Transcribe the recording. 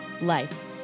life